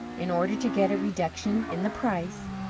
in order to get a reduction in the price,